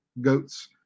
goats